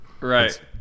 Right